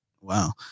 Wow